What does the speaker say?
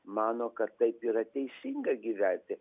mano kad taip yra teisinga gyventi